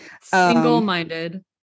single-minded